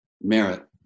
merit